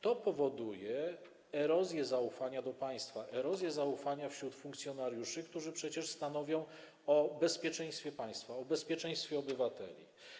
To powoduje erozję zaufania do państwa wśród funkcjonariuszy, którzy przecież stanowią o bezpieczeństwie państwa, o bezpieczeństwie obywateli.